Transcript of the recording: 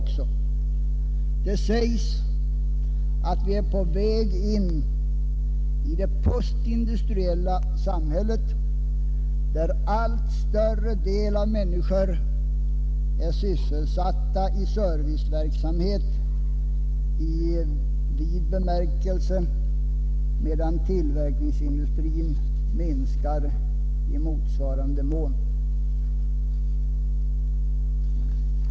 Det sägs att vi är på väg in i det postindustriella samhället, där allt större del av människorna är sysselsatta inom serviceverksamhet i vid bemärkelse, medan tillverkningsindustrin minskar i motsvarande mån.